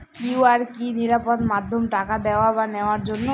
QR কি নিরাপদ মাধ্যম টাকা দেওয়া বা নেওয়ার জন্য?